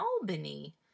Albany